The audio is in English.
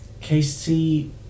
Casey